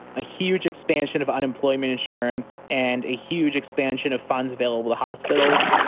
a huge expansion of unemployment insurance and a huge expansion of funds available to hospitals.